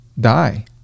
die